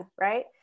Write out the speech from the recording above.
right